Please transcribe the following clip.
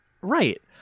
Right